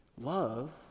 Love